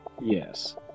Yes